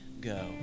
go